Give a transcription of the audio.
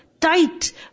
tight